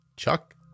Chuck